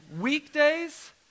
Weekdays